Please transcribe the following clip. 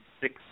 six